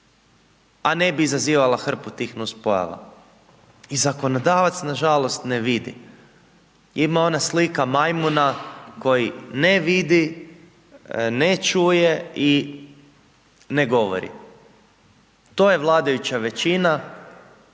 a ne bi izazivala hrpu tih nuspojava i zakonodavac nažalost ne vidi. Ima ona slika majmuna koji ne vidi, ne čuje i ne govori. To je vladajuća većina,